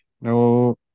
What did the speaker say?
No